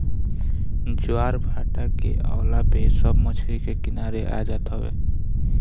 ज्वारभाटा के अवला पे सब मछरी के किनारे आ जात हवे